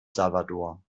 salvador